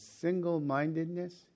single-mindedness